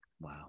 Wow